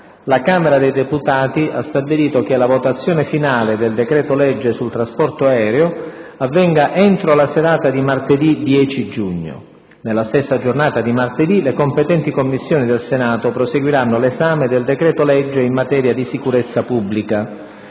la Camera dei deputati ha stabilito che la votazione finale del decreto-legge sul trasporto aereo avvenga entro la serata di martedì 10 giugno. Nella stessa giornata di martedì le competenti Commissioni del Senato proseguiranno l'esame del decreto-legge in materia di sicurezza pubblica.